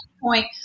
point